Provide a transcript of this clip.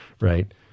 Right